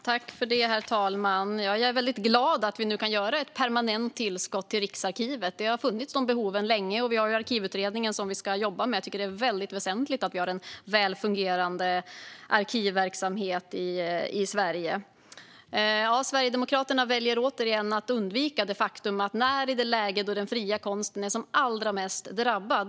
Herr talman! Jag är väldigt glad att vi nu kan göra ett permanent tillskott till Riksarkivet. Behovet har funnits länge, och vi har Arkivutredningen som vi ska jobba med. Jag tycker att det är väldigt väsentligt att vi har en väl fungerande arkivverksamhet i Sverige. Sverigedemokraterna väljer återigen att undvika det faktum att vi befinner oss i ett läge där den fria konsten är som allra mest drabbad.